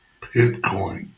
Bitcoin